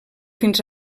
fins